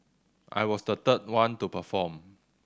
I was the third one to perform